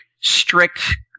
strict